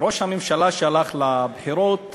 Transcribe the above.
ראש הממשלה שהלך לבחירות